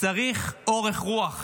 צריך אורך רוח,